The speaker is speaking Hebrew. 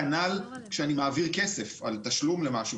כנ"ל כשאני מעביר כסף, תשלום למשהו.